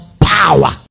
power